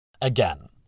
Again